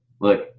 Look